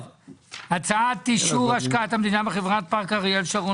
הצעת אישור השקעת המדינה בחברת פארק אריאל שרון